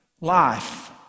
Life